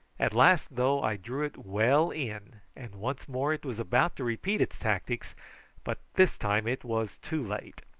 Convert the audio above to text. at last, though, i drew it well in and once more it was about to repeat its tactics but this time it was too late,